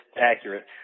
accurate